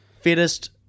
fittest